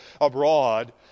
abroad